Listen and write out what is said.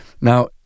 now